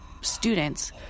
students